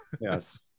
Yes